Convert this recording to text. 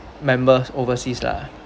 members overseas lah